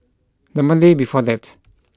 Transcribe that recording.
the Monday before that